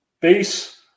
base